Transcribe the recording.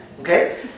okay